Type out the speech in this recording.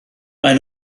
mae